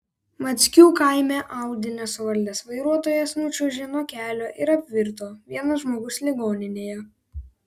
mackių kaime audi nesuvaldęs vairuotojas nučiuožė nuo kelio ir apvirto vienas žmogus ligoninėje